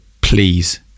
please